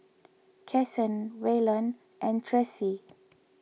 Kasen Waylon and Tressie